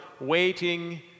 waiting